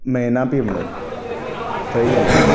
नेयनापी म्हणून थंय गेले